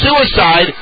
suicide